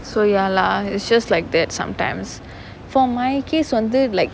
so ya lah it's just like that sometimes for my case வந்து:vanthu like